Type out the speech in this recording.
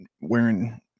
wearing